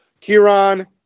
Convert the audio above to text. Kieran